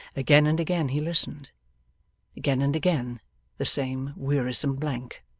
again and again he listened again and again the same wearisome blank.